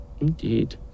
Indeed